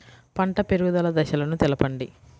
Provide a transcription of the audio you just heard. పంట పెరుగుదల దశలను తెలపండి?